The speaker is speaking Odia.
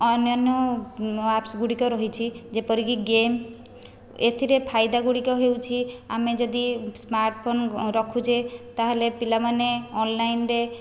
ଅନ୍ୟାନ୍ୟ ଆପ୍ସଗୁଡ଼ିକ ରହିଛି ଯେପରିକି ଗେମ୍ ଏଥିରେ ଫାଇଦାଗୁଡ଼ିକ ହେଉଛି ଆମେ ଯଦି ସ୍ମାର୍ଟଫୋନ୍ ରଖୁଛେ ତା'ହେଲେ ପିଲାମାନେ ଅନଲାଇନ୍ରେ